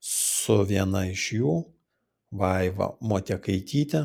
su viena iš jų vaiva motiekaityte